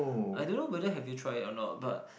I don't know whether have you tried it or not but